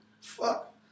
Fuck